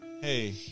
hey